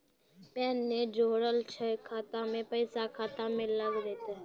Pan ने जोड़लऽ छै खाता मे पैसा खाता मे लग जयतै?